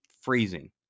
freezing